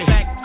Back